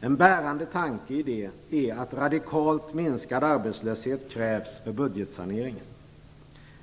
En bärande tanke är att radikalt minskad arbetslöshet krävs för budgetsaneringen.